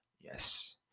Yes